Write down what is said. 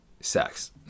sex